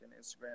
Instagram